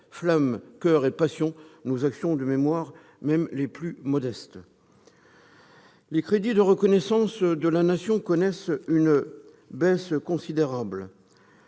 flamme, coeur et passion nos actions de mémoire, même les plus modestes. Les crédits consacrés à la reconnaissance de la Nation connaissent une baisse considérable.